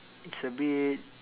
it's a bit